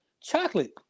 chocolate